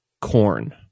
Corn